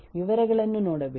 ವಿವರಗಳನ್ನು ನೋಡಬೇಡಿ